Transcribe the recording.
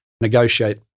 negotiate